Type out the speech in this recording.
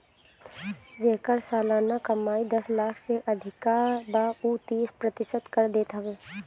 जेकर सलाना कमाई दस लाख से अधिका बा उ तीस प्रतिशत कर देत हवे